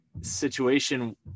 situation